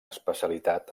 especialitat